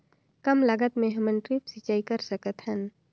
कम लागत मे हमन ड्रिप सिंचाई कर सकत हन?